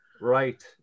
Right